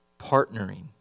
partnering